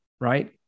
right